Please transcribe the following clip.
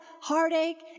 heartache